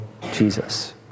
Jesus